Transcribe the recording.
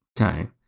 okay